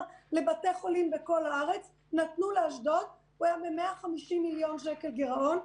לבתי חולים בכל הארץ נתנו לאשדוד והוא היה ב-150 מיליון שקל גירעון.